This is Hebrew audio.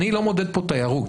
אני לא מודד פה תיירות,